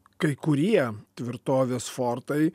kai kurie tvirtovės fortai